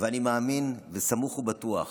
ואני מאמין וסמוך ובטוח